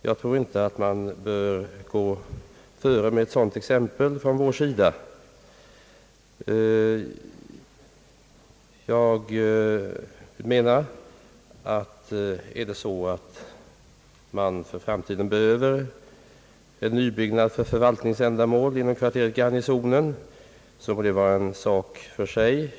Jag tror inte att vi själva skall gå före med ett sådant exempel. Är det så att man för framtiden behöver en nybyggnad för förvaltningsändamål inom kvarteret Garnisonen, får det vara en sak för sig.